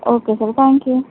okay sir thank you